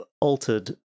altered